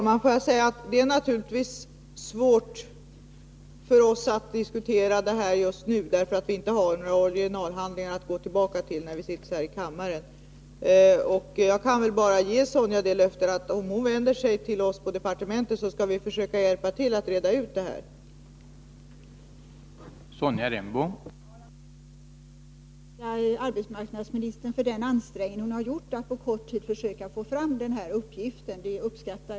Herr talman! Det är naturligtvis svårt för oss att diskutera det här just nu, när vi sitter här i kammaren och inte har några originalhandlingar att gå tillbaka till. Jag kan bara ge Sonja Rembo det löftet, att om hon vänder sig till oss på departementet, skall vi försöka hjälpa till att reda ut detta.